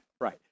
right